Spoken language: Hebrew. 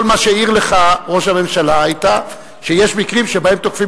כל מה שהעיר לך ראש הממשלה היה שיש מקרים שבהם תוקפים